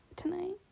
tonight